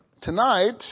tonight